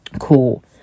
cool